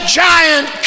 giant